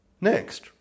Next